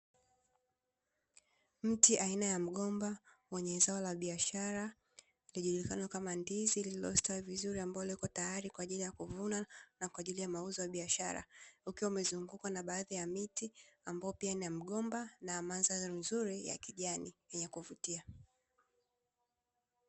Mti aina ya mgomba wenye zao la biashara lijulikanalo kama ndizi liloyostawi vizuri likiwa tayari kwa ajili ya kuvuna na kwa ajili ya mauzo ya biashara, ikizungukwa na miti ambayo ni migomba mandhari nzuri yenye kuvutia.